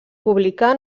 publicà